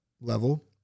level